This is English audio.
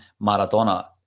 Maradona